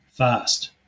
Fast